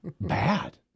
Bad